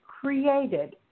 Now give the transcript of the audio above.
created